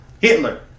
Hitler